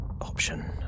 option